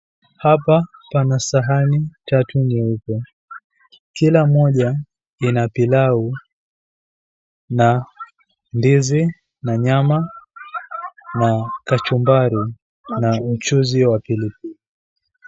Hapa pana sahani tatu nyeupe kila moja kina pilau na ndizi na nyama na kachumbari na mchuzi wa pilipili.